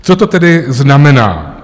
Co to tedy znamená?